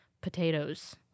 potatoes